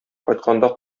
кайтканда